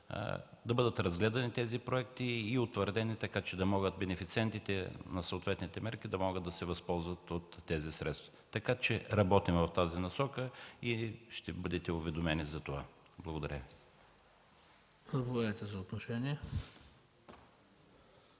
да бъдат разгледани и утвърдени проектите, така че бенефициентите на съответните мерки да могат да се възползват от тези средства. Работим в тази насока и ще бъдете уведомени за това. Благодаря